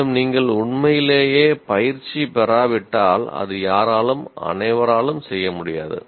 மேலும் நீங்கள் உண்மையிலேயே பயிற்சி பெறாவிட்டால் அது யாராலும் அனைவராலும் செய்ய முடியாது